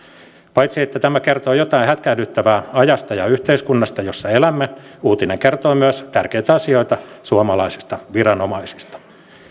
paitsi että tämä kertoo jotain hätkähdyttävää ajasta ja yhteiskunnasta jossa elämme uutinen kertoo myös tärkeitä asioita suomalaisista viranomaisista